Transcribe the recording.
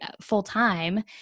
full-time